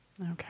Okay